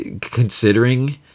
considering